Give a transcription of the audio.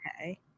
Okay